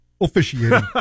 Officiating